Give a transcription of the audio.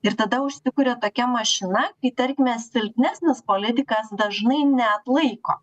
ir tada užsikuria tokia mašina kai tarkime silpnesnis politikas dažnai neatlaiko